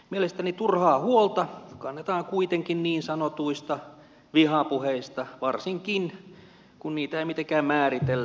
mielestäni turhaa huolta kannetaan kuitenkin niin sanotuista vihapuheista varsinkin kun niitä ei mitenkään määritellä